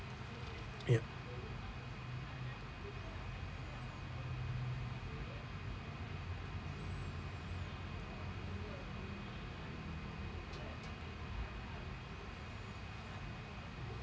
yeah